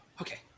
okay